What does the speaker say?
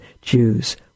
Jews